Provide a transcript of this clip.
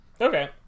Okay